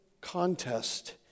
contest